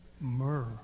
myrrh